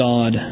God